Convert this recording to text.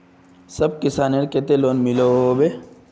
सब किसानेर केते लोन मिलोहो होबे?